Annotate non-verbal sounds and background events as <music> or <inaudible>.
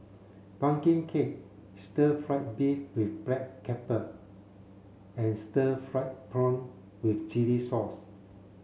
pumpkin cake stir fried beef with black <unintelligible> and stir fried prawn with chili sauce